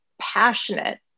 passionate